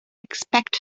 expect